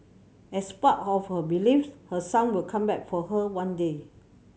as part of her believes her son will come back for her one day